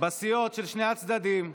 בסיעות של שני הצדדים.